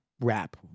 rap